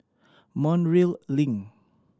Link